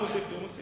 הוא מוסיף לי.